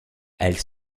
elle